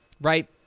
right